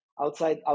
Outside